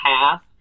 half